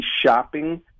shopping